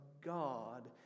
God